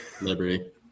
Liberty